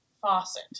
faucet